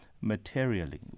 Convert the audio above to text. Materially